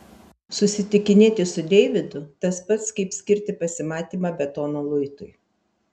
susitikinėti su deividu tas pats kaip skirti pasimatymą betono luitui